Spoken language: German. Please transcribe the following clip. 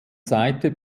seite